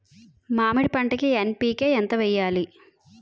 మామిడి పంటకి ఎన్.పీ.కే ఎంత వెయ్యాలి?